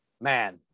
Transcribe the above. man